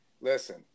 listen